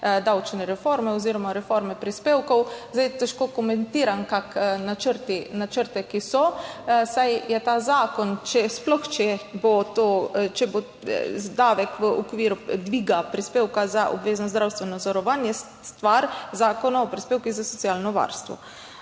davčne reforme oziroma reforme prispevkov, zdaj težko komentiram načrte, ki so, saj je ta zakon, sploh če bo davek v okviru dviga prispevka za obvezno zdravstveno zavarovanje, stvar zakona o prispevkih za socialno varstvo.